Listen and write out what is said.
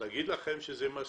להגיד לכם שזה מספיק?